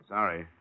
Sorry